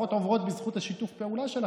ההצבעות עוברות בזכות שיתוף הפעולה שלכם.